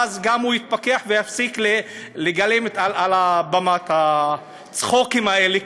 ואז גם הוא יתפכח ויפסיק לגלם על הבמה את הצחוקים האלה,